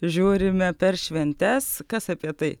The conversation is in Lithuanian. žiūrime per šventes kas apie tai